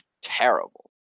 terrible